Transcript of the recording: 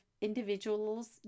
individuals